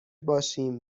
باشیم